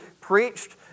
preached